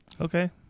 okay